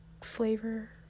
flavor